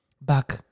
back